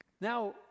Now